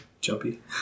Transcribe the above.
Jumpy